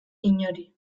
inori